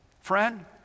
friend